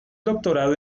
doctorado